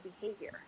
behavior